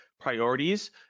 priorities